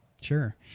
sure